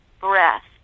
breath